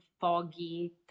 foggy